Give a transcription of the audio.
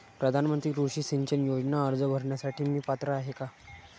प्रधानमंत्री कृषी सिंचन योजना अर्ज भरण्यासाठी मी पात्र आहे का?